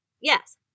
Yes